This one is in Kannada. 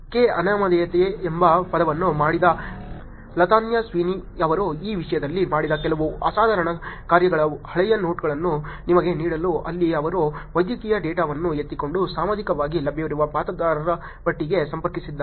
ಕೆ ಅನಾಮಧೇಯತೆ ಎಂಬ ಪದವನ್ನು ಮಾಡಿದ ಲತಾನ್ಯಾ ಸ್ವೀನಿ ಅವರು ಈ ವಿಷಯದಲ್ಲಿ ಮಾಡಿದ ಕೆಲವು ಅಸಾಧಾರಣ ಕಾರ್ಯಗಳ ಹಳೆಯ ನೋಟವನ್ನು ನಿಮಗೆ ನೀಡಲು ಅಲ್ಲಿ ಅವರು ವೈದ್ಯಕೀಯ ಡೇಟಾವನ್ನು ಎತ್ತಿಕೊಂಡು ಸಾರ್ವಜನಿಕವಾಗಿ ಲಭ್ಯವಿರುವ ಮತದಾರರ ಪಟ್ಟಿಗೆ ಸಂಪರ್ಕಿಸಿದ್ದಾರೆ